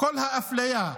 כל האפליה,